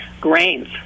Grains